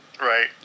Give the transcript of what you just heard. Right